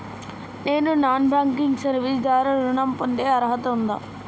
నేను non banking service ద్వారా ఋణం పొందే అర్హత ఉందా?